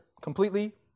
Completely